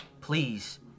please